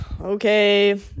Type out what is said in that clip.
okay